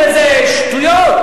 זה שטויות?